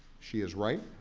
she is right.